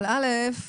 אבל דבר ראשון,